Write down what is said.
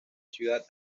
ciudad